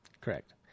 Correct